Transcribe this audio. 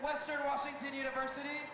western washington university